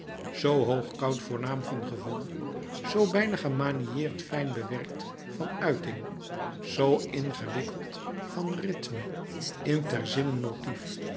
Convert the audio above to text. zoo hoog koud voornaam van gevoel zoo bijna gemaniëreerd fijn bewerkt van uiting zoo ingewikkeld van rythme in terzinenmotief